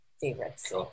favorites